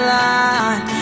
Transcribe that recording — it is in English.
line